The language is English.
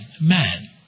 man